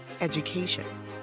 education